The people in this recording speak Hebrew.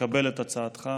לקבל את הצעתך,